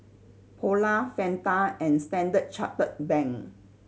Polar Fanta and Standard Chartered Bank